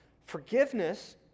Forgiveness